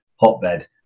hotbed